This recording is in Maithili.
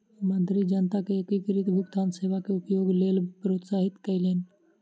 मंत्री जनता के एकीकृत भुगतान सेवा के उपयोगक लेल प्रोत्साहित कयलैन